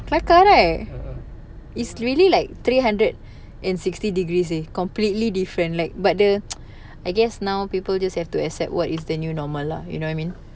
kelakar right it's really like three hundred and sixty degrees eh completely different like but the I guess now people just have to accept what is the new normal lah you know what I mean